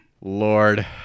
lord